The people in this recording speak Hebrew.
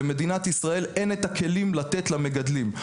למדינת ישראל אין את הכלים לתת למגדלים.